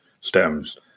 stems